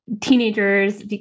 teenagers